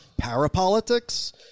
parapolitics